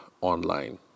online